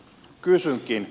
kysynkin